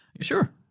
Sure